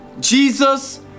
Jesus